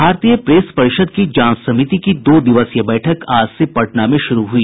भारतीय प्रेस परिषद की जांच समिति की दो दिवसीय बैठक आज से पटना में शुरु हुई